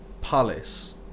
Palace